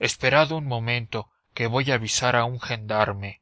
esperad un momento que voy a avisar a un gendarme